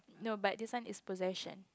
no but this one is possession